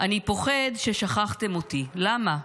אני פוחד ששכחתם אותי, למה?